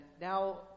now